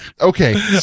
okay